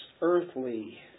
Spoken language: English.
earthly